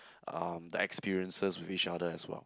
uh the experiences with each other as well